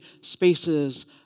spaces